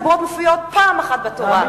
עשרת הדיברות מופיעים פעם אחת בתורה.